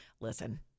listen